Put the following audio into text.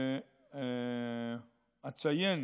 ואציין